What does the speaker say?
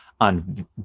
on